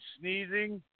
sneezing